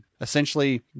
essentially